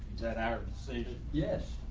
that are safe. yes,